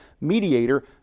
mediator